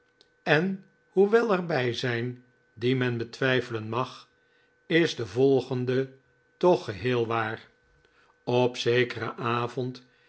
omloopen hoewel er bij zijn die men betwijfelen mag is de volgende toch geheel waar op zekeren avond